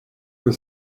que